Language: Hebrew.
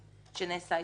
שנעשה אתם עוול.